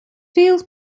field